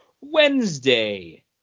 Wednesday